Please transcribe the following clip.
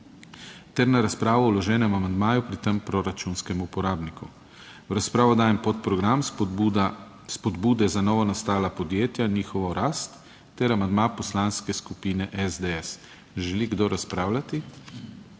Ter na razpravo o vloženem amandmaju pri tem proračunskem uporabniku. V razpravo dajem podprogram Spodbuda, spodbude za novonastala podjetja in njihovo rast ter amandma Poslanske skupine SDS. Želi kdo razpravljati?